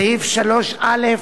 סעיף 3(א)